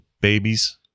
babies